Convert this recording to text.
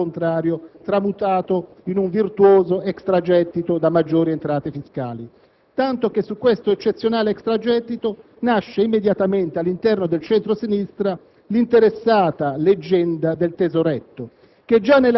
si sia, al contrario, tramutato in un virtuoso extragettito da maggiori entrate fiscali. Ciò è tanto vero che su questo eccezionale extragettito nasce immediatamente, all'interno del centro-sinistra, l'interessata leggenda del tesoretto,